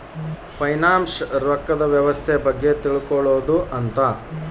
finance ರೊಕ್ಕದ್ ವ್ಯವಸ್ತೆ ಬಗ್ಗೆ ತಿಳ್ಕೊಳೋದು ಅಂತ